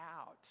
out